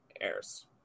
airs